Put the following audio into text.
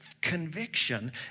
conviction